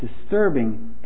disturbing